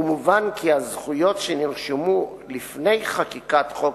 ומובן כי הזכויות שנרשמו לפני חקיקת חוק